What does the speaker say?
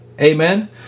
Amen